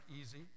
easy